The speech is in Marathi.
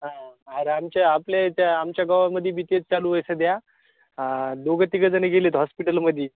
हां अर आमच्या आपल्या त्या आमच्या गावामध्येही तेच चालू आहे सध्या हां दोघं तिघं जण गेलेत हॉस्पिटलमध्ये